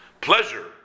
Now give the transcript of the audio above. pleasure